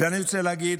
ואני רוצה להגיד